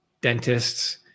dentists